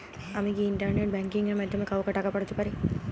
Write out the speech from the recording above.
আমি কি internet banking এর মাধ্যমে কাওকে টাকা পাঠাতে পারি?